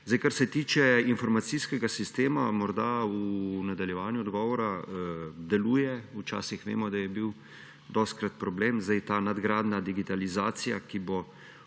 Kar se tiče informacijskega sistema, morda v nadaljevanju odgovora, deluje. Vemo, da je bil dostikrat problem. Ta nadgradnja, digitalizacija, ki bo omogočila